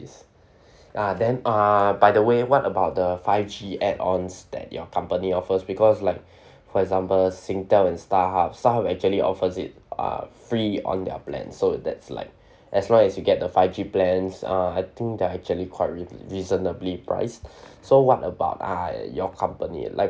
ah then uh by the way what about the five G add ons that your company offers because like for example singtel and starhub starhub actually offers it uh free on their plan so that's like as long as you get the five G plans uh I think they're actually quite reas~ reasonably priced so what about uh your company like